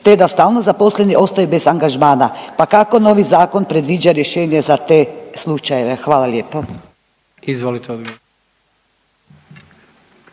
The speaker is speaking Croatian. te da stalnozaposleni ostaju bez angažmana. Pa kako novi zakon predviđa rješenje za te slučajeve? Hvala lijepa.